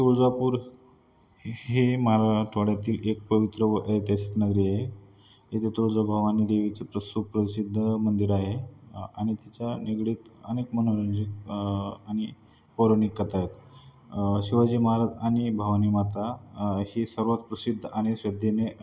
तुळजापूर हे मराठवाड्यातील एक पवित्र व ऐतिहासिक नगरी आहे इथे तुळजाभवानी देवीचे प्र सुप्रसिद्ध मंदिर आहे आणि तिच्या निगडीत अनेक मनोरंजक आणि पौराणिक कथा आहेत शिवाजी महाराज आणि भवानी माता हे सर्वात प्रसिद्ध आणि श्रद्धेने